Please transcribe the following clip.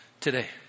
today